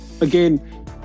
again